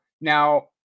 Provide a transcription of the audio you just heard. Now